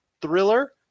thriller